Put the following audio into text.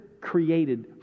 created